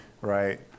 right